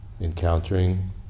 encountering